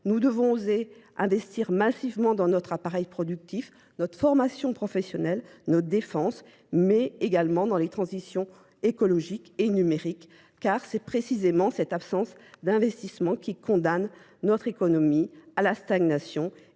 Nous devons oser investir massivement dans notre appareil productif, notre formation professionnelle, notre défense, mais également dans les transitions écologiques et numériques, car c'est précisément cette absence d'investissement qui condamne notre économie à la stagnation